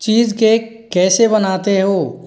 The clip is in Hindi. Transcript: चीज़ केक कैसे बनाते हो